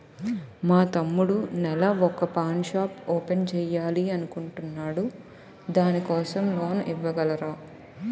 మా తమ్ముడు నెల వొక పాన్ షాప్ ఓపెన్ చేయాలి అనుకుంటునాడు దాని కోసం లోన్ ఇవగలరా?